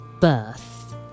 birth